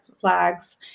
flags